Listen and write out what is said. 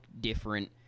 different